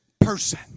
person